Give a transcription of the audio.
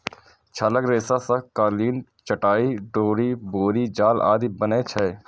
छालक रेशा सं कालीन, चटाइ, डोरि, बोरी जाल आदि बनै छै